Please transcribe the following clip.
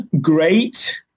great